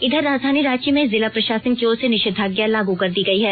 इधर राजधानी रांची में जिला प्रशासन की ओर से निषेधाज्ञा लागू कर दी गई है